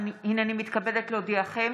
הינני מתכבדת להודיעכם,